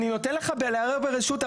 אני נותן לך לערער ברשות,